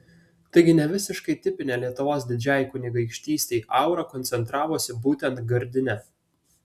taigi ne visiškai tipinė lietuvos didžiajai kunigaikštystei aura koncentravosi būtent gardine